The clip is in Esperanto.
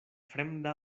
fremda